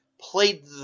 played